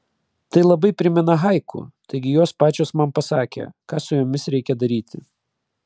tai labai primena haiku taigi jos pačios man pasakė ką su jomis reikia daryti